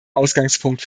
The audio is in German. ausgangspunkt